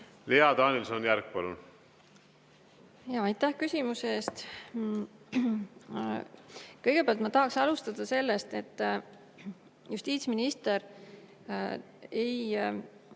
Lea Danilson-Järg, palun! Aitäh küsimuse eest! Kõigepealt ma tahaksin alustada sellest, et justiitsminister ei